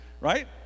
right